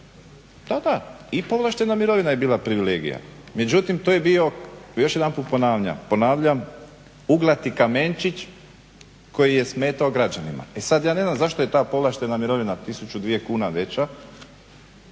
Da, da i povlaštena mirovina je bila privilegija. Međutim to je bio još jedanput ponavljam uglati kamenčić koji je smetao građanima. E sada ja ne znam zašto je ta povlaštena mirovina tisuću, dvije kuna veća